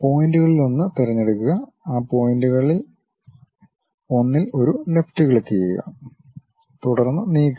പോയിന്റുകളിലൊന്ന് തിരഞ്ഞെടുക്കുക ആ പോയിന്റുകളിൽ ഒന്നിൽ ഒരു ലെഫ്റ്റ് ക്ലിക്കുചെയ്യുക തുടർന്ന് നീക്കുക